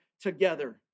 together